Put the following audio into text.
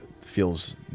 feels